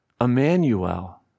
Emmanuel